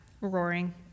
Roaring